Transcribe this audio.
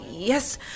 Yes